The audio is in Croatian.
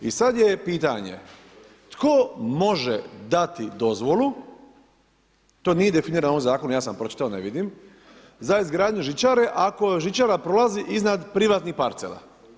I sad je pitanje tko može dati dozvolu, to nije definirano u ovom zakonu, ja sam pročitao, ne vidim, za izgradnju žičare, ako žičara prolazi iznad privatnih parcela?